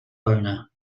boner